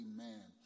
Amen